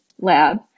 lab